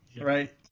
right